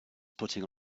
putting